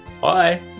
Bye